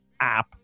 app